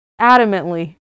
Adamantly